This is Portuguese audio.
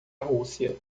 rússia